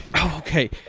Okay